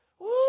Woo